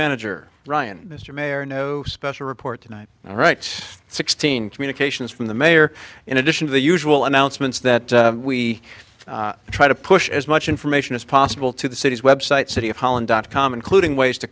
manager ryan mr mayor no special report tonight all right sixteen communications from the mayor in addition to the usual announcements that we try to push as much information as possible to the city's website city hall and dot com including ways to